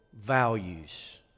values